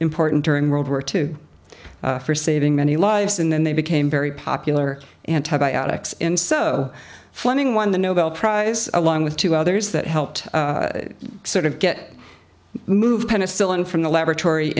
important during world war two for saving many lives and then they became very popular antibiotics in so fleming won the nobel prize along with two others that helped sort of get moved penicillin from the laboratory